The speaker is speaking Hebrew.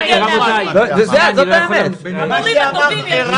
אני אמשיך את הדיון הזה.